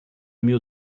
mil